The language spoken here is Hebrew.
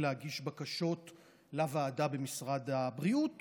להגיש בקשות לוועדה במשרד הבריאות